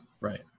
right